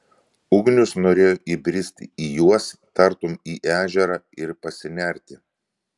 ugnius norėjo įbristi į juos tartum į ežerą ir pasinerti